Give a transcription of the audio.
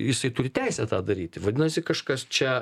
jisai turi teisę tą daryti vadinasi kažkas čia